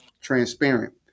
transparent